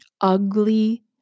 ugly